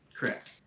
correct